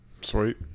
Sweet